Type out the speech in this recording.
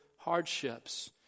hardships